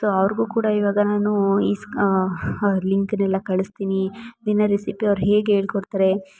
so ಅವರಿಗು ಕೂಡ ಇವಾಗ ನಾನು ಈಸ್ ಲಿಂಕ್ನೆಲ್ಲ ಕಳಿಸ್ತೀನಿ ನಿನ್ನೆ ರೆಸಿಪಿ ಅವ್ರು ಹೇಗೆ ಹೇಳ್ಕೊಡ್ತರೆ